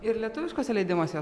ir lietuviškuose leidimuose